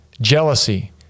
jealousy